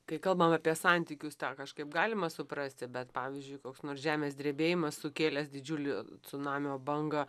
kai kalbam apie santykius tą kažkaip galima suprasti bet pavyzdžiui koks nors žemės drebėjimas sukėlęs didžiulį cunamio bangą